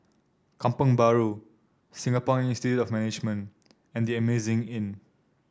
Kampong Bahru Singapore Institute of Management and The Amazing Inn